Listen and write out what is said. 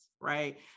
right